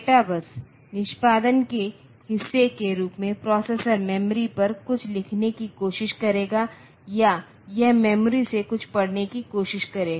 data बस निष्पादन के हिस्से के रूप में प्रोसेसर मेमोरी पर कुछ लिखने की कोशिश करेगा या यह मेमोरी से कुछ पढ़ने की कोशिश करेगा